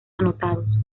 anotados